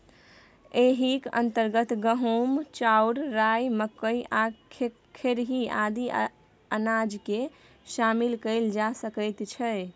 एहिक अंतर्गत गहूम, चाउर, राई, मकई आ खेरही आदि अनाजकेँ शामिल कएल जा सकैत छै